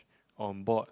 on board